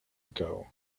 ago